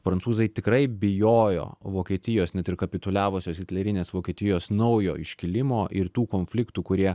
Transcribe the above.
prancūzai tikrai bijojo vokietijos net ir kapituliavusios hitlerinės vokietijos naujo iškilimo ir tų konfliktų kurie